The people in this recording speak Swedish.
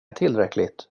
tillräckligt